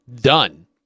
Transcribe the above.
done